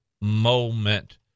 Moment